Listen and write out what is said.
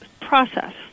process